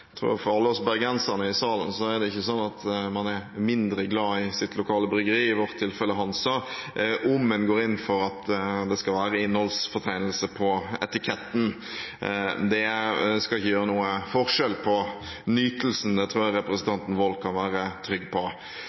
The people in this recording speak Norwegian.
man er mindre glad i sitt lokale bryggeri, i vårt tilfelle Hansa, om en går inn for at det skal være innholdsfortegnelse på etiketten. Det skal ikke gjøre noe forskjell for nytelsen, det tror jeg representanten Wold kan være trygg på.